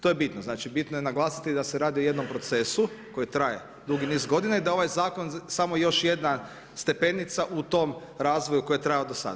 To je bitno, znači bitno je naglasiti da se radi o jednom procesu koji traje dugi niz godina i da ovaj zakon samo još jedna stepenica u tom razvoju koji je trajao do sada.